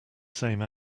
same